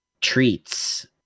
treats